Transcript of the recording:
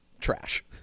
trash